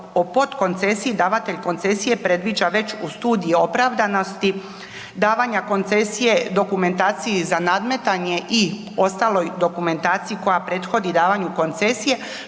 o potkoncesiji davatelj koncesije predviđa već u studiji opravdanosti davanja koncesije dokumentaciji za nadmetanje i ostaloj dokumentaciji koja prethodi davanju koncesije,